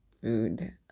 food